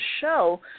show